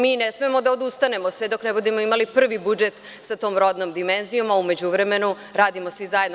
Mi ne smemo da odustanemo sve dok ne budemo imali prvi budžet sa tom rodnom dimenzijom, a u međuvremenu radimo svi zajedno.